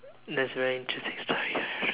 that's very interesting story